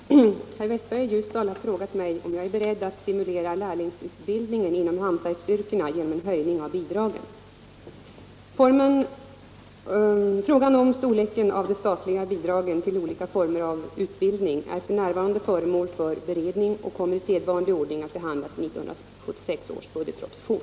Herr talman! Herr Westberg i Ljusdal har frågat mig om jag är beredd att stimulera lärlingsutbildningen inom hantverksyrkena genom en höjning av bidragen. Frågan om storleken av de statliga bidragen till olika former av utbildning är f. n. föremål för beredning och kommer i sedvanlig ordning att behandlas i 1976 års budgetproposition.